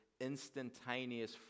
instantaneous